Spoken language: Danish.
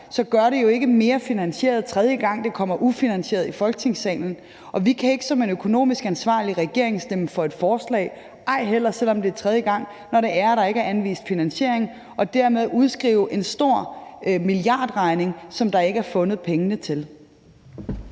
gør det det jo ikke mere finansieret, tredje gang det kommer ufinansieret i Folketingssalen, og vi kan ikke som en økonomisk ansvarlig regering stemme for et forslag, ej heller selv om det er tredje gang, når der ikke er anvist finansiering, og dermed udskrive en stor milliardregning, som der ikke er fundet pengene til.